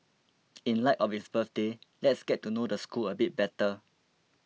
in light of its birthday let's get to know the school a bit better